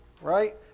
right